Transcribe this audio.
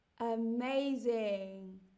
amazing